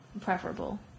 Preferable